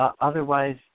Otherwise